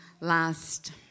last